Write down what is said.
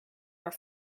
are